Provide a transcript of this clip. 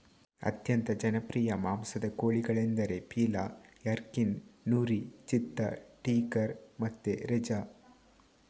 ಅತ್ಯಂತ ಜನಪ್ರಿಯ ಮಾಂಸದ ಕೋಳಿಗಳೆಂದರೆ ಪೀಲಾ, ಯಾರ್ಕಿನ್, ನೂರಿ, ಚಿತ್ತಾ, ಟೀಕರ್ ಮತ್ತೆ ರೆಜಾ